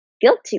guilty